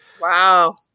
Wow